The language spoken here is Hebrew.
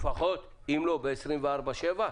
אם לא 24/7,